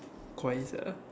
coins ah